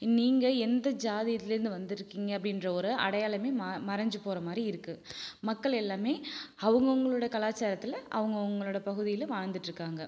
நீங்கள் எந்த ஜாதி இதுலேருந்து வந்துருக்கீங்க அப்படின்ற ஒரு அடையாளமே மா மறஞ்சு போகற மாதிரி இருக்கு மக்கள் எல்லாமே அவங்கவுங்களோட கலாச்சாரத்தில் அவங்கவுங்களோட பகுதியில் வாழ்ந்துகிட்டு இருக்காங்க